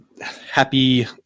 happy